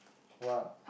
what